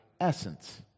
essence